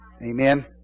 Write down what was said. amen